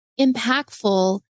impactful